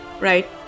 right